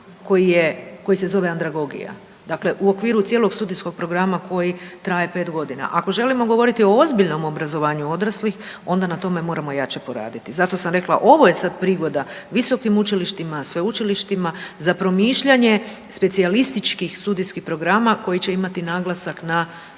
koji se zove andragogija. Dakle, u okviru cijelog studijskog programa koji traje 5 godina. Ako želimo govoriti o ozbiljnom obrazovanju odraslih onda na tome moramo jače poraditi. Zato sam rekla ovo je sad prigoda visokim učilištima, sveučilištima za promišljanje specijalističkih studijskih programa koji će imati naglasak na